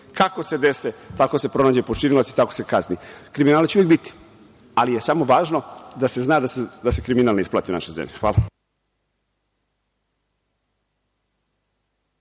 Kako se dese, tako se pronađe počinilac i tako se kazni. Kriminala će uvek biti, ali je samo važno da se zna da se kriminal ne isplati u našoj zemlji. Hvala.